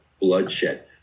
bloodshed